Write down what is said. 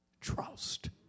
trust